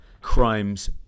crimes